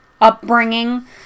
upbringing